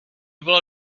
bylo